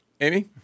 Amy